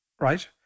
right